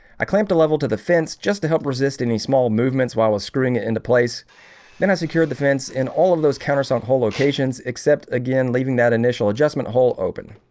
i clamped a level to the fence just to help resist any small movements while i was screwing it into place then i secured the fence in all of those countersunk hole locations except again leaving that initial adjustment hole open